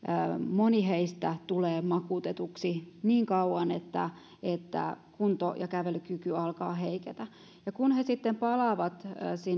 moni heistä tulee makuutetuksi niin kauan että että kunto ja kävelykyky alkavat heiketä ja kun he sitten palaavat